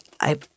I-